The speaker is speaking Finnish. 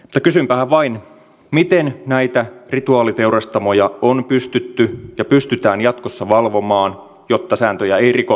mutta kysynpähän vain miten näitä rituaaliteurastamoja on pystytty ja pystytään jatkossa valvomaan jotta sääntöjä ei rikottaisi